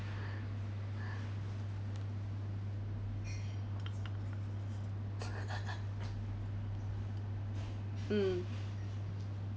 mm